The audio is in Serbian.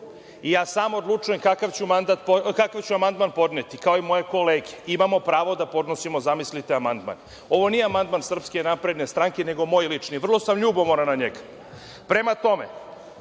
i ja sam odlučujem kakav ću amandman podneti kao i moje kolege. Imamo pravo da podnosimo, zamislite, amandman. Ovo nije amandman SNS nego moj lični. Vrlo sam ljubomoran na njega. Prema tome,